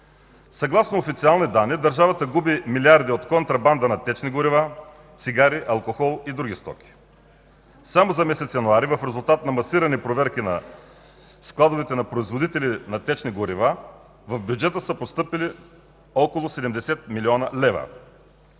Съгласно официални данни държавата губи милиарди от контрабанда на течни горива, цигари, алкохол и други стоки. Само за месец януари, в резултат на масирани проверки на складовете на производители на течни горива, в бюджета са постъпили около 70 млн. лв.